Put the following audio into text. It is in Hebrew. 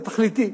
התכליתי.